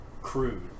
crude